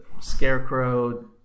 scarecrow